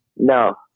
No